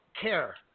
care